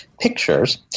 pictures